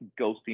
ghosting